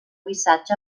missatge